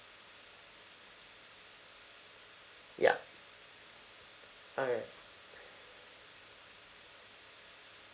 ya alright